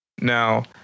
Now